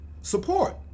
support